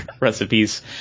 recipes